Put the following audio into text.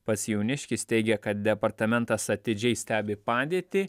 pats jauniškis teigia kad departamentas atidžiai stebi padėtį